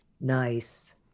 Nice